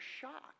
shocked